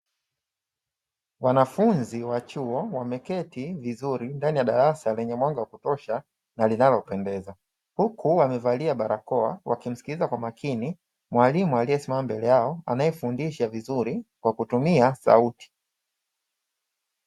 Wanafunzi wa chuo wameketi vizuri ndani ya darasa lenye mwanga wa kutosha na linalopendeza, huku wamevalia barakoa wakimsikiliza kwa makini mwalimu aliyesimama mbele yao anayefundisha vizuri kwa kutumia sauti